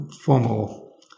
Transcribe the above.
formal